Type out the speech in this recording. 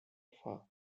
far